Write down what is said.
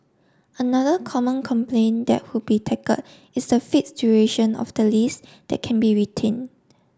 another common complaint that would be tackled is the fixed duration of the lease that can be retained